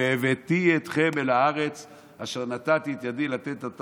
"והבאתי אתכם אל הארץ אשר נשאתי את ידי לתת אתה